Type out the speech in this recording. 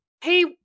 Hey